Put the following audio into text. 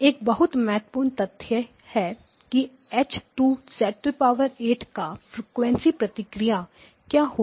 एक बहुत महत्वपूर्ण तथ्य यह है कि H2 का फ्रीक्वेंसी प्रतिक्रिया क्या होगी